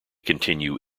continue